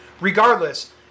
regardless